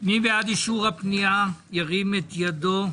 מי בעד אישור הפנייה - ירים את ידו.